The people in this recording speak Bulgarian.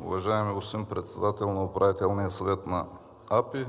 уважаеми господин Председател на Управителния съвет на АПИ,